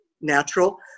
natural